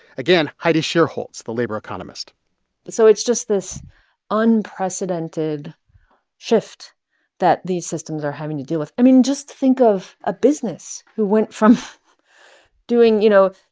again, heidi shierholz, the labor economist so it's just this unprecedented shift that these systems are having to deal with. i mean, just think of a business who went from doing, you know,